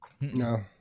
No